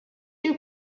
two